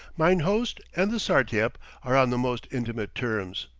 mine host and the sartiep are on the most intimate terms.